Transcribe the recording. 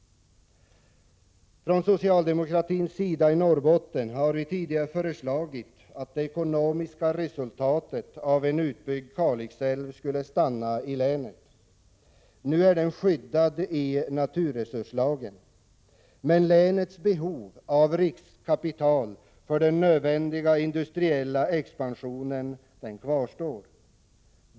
Vi socialdemokrater i Norrbotten har tidigare föreslagit att det ekonomiska resultatet av en utbyggd Kalixälv skulle komma länet till godo. Nu är den älven emellertid skyddad i naturresurslagen. Men länets behov av riskkapital för den nödvändiga industriella expansionen kvarstår.